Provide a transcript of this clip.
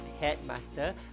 headmaster